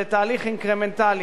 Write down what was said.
זה תהליך אינקרמנטלי,